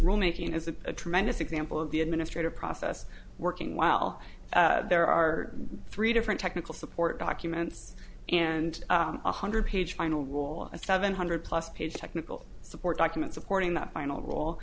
rule making as a tremendous example of the administrative process working well there are three different technical support documents and one hundred page final rule seven hundred plus page technical support document supporting the final role